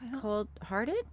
cold-hearted